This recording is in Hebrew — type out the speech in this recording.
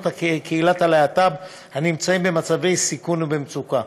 קהילת הלהט"ב הנמצאים במצבי סיכון ומצוקה.